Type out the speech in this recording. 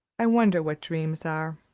i wonder what dreams are.